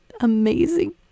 amazing